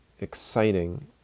exciting